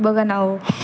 बघा ना हो